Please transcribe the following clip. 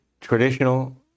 traditional